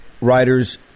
writers